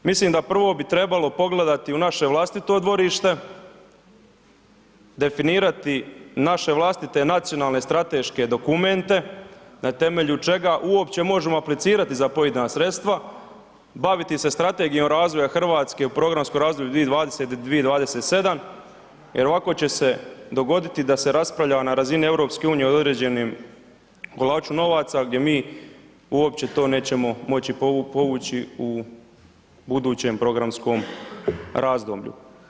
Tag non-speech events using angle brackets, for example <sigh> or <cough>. Mislim da prvo bi trebalo pogledati u naše vlastito dvorište, definirati naše vlastite nacionalne strateške dokumente na temelju čega uopće možemo aplicirati za pojedina sredstva, baviti se strategijom razvoja Hrvatske u programskom razdoblju 2020.-2027. jer ovako će se dogoditi da se raspravlja na razini EU u određenim ... <unintelligible> novaca gdje mi uopće to nećemo moći povući u budućem programskom razdoblju.